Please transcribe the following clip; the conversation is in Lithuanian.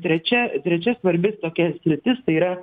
trečia trečia svarbi tokia sritis tai yra